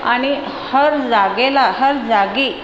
आणि हर जागेला हर जागी